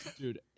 Dude